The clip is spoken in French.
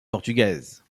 portugaise